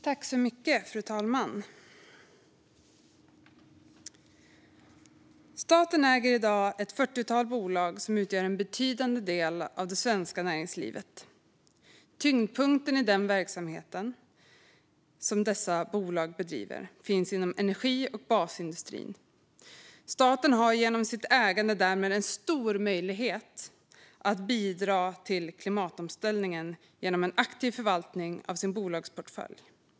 Fru talman! Staten äger i dag ett fyrtiotal bolag som utgör en betydande del av det svenska näringslivet. Tyngdpunkten i den verksamhet som dessa bolag bedriver finns inom energi och basindustrin. Staten har genom sitt ägande därmed en stor möjlighet att bidra till klimatomställningen genom en aktiv förvaltning av sin bolagsportfölj.